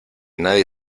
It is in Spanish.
nadie